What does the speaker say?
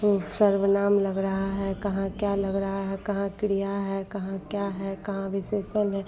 वह सर्वनाम लग रहा है कहाँ क्या लग रहा है कहाँ क्रिया है कहाँ क्या है कहाँ विशेषण है